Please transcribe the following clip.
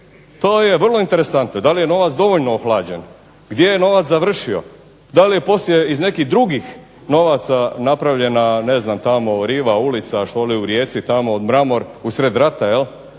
To je vrlo interesantno. I da li je novac dovoljno ohlađen? Gdje je novac završio? Da li je poslije iz nekih drugih ovaca ne znam tako riva, ulica u Rijeci, mramor usred rata jel?